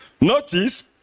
Notice